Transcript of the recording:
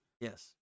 Yes